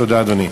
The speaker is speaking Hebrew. תודה, אדוני.